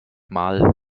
mal